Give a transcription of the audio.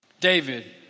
David